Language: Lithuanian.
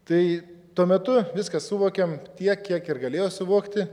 tai tuo metu viską suvokėm tiek kiek ir galėjo suvokti